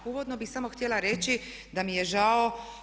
Uvodno bih samo htjela reći da mi je žao.